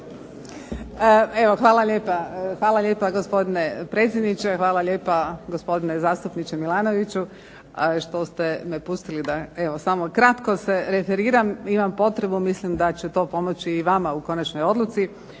hvala lijepa gospodine predsjedniče, hvala lijepa gospodine zastupniče Milanoviću što ste me pustili da evo samo kratko se referiram. Imam potrebu, mislim da će to pomoći i vama u konačnoj odluci